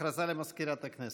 הכרזה למזכירת הכנסת.